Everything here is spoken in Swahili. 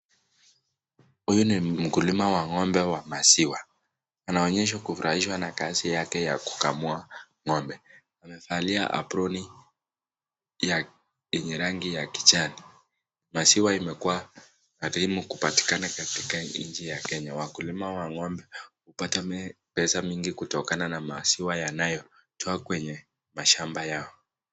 Huyu ni mkulima wa ng'ombe wa maziwa. Anaonyeshwa kufurahishwa na kazi yake ya kukamua ng'ombe. Amevalia aproni yenye rangi ya kijani. Maziwa imekuwa adimu kupatikana katika nchi ya Kenya. Wakulima wa ng'ombe hupata pesa mingi kutokana na maziwa yanayotoa kwenye mashamba yao.